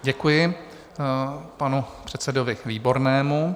Děkuji panu předsedovi Výbornému.